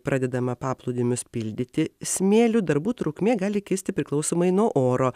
pradedama paplūdimius pildyti smėliu darbų trukmė gali kisti priklausomai nuo oro